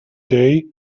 day